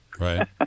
right